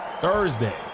Thursday